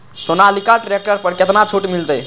Sonalika tractor पर केतना छूट मिलते?